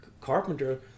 Carpenter